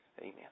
Amen